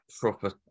Proper